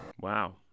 Wow